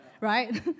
right